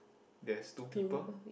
there is two people